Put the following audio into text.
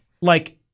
like-